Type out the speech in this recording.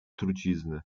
trucizny